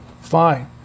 fine